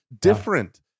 different